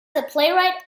playwright